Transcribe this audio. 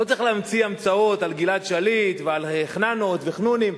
לא צריך להמציא המצאות על גלעד שליט ועל חננות וחנונים.